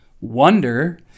Wonder